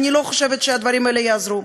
אני לא חושבת שהדברים האלה יעזרו.